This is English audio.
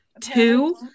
Two